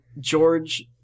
George